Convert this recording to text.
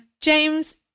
James